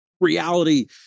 reality